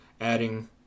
adding